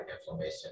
inflammation